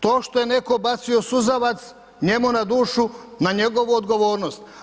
To što je netko bacio suzavac, njemu na dušu na njegovu odgovornost.